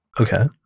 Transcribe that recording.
Okay